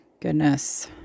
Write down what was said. Goodness